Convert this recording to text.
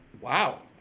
Wow